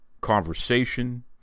conversation